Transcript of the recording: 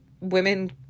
women